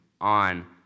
on